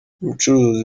umucuruzi